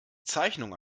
zeichnung